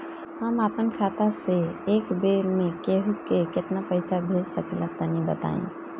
हम आपन खाता से एक बेर मे केंहू के केतना पईसा भेज सकिला तनि बताईं?